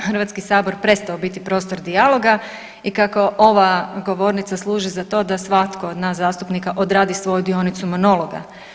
Hrvatski sabor prestao biti prostor dijaloga i kako ova govornica služi za to da svatko od nas zastupnika odradi svoju dionicu monologa.